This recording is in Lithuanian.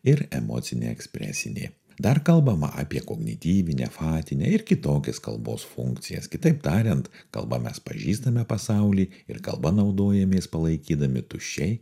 ir emocinė ekspresinė dar kalbama apie kognityvinę fatinę ir kitokias kalbos funkcijas kitaip tariant kalba mes pažįstame pasaulį ir kalba naudojamės palaikydami tuščiai